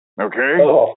Okay